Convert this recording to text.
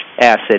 acid